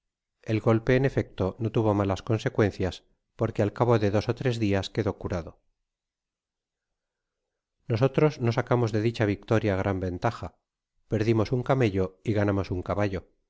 el golpe en efecto no tuvo malas consecuencias porque al cabo de dos ó tres dias quedó curado nosotros no sacamos de dicha victoria gran ventaja perdimos un camello y ganamos un cabailo